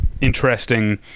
interesting